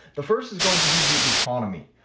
the first is going to be the economy.